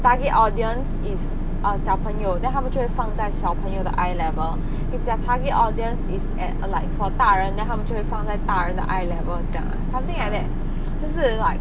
target audience is um 小朋友 then 他们就会放在小朋友的 eye level if their target audience is at err like for 大人 then 他们就会放在大人的 eye level 这样 ah something like that 就是 like